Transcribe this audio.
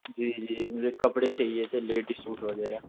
جی جی مجھے کپڑے چاہیے تھے لیڈیز سوٹ وغیرہ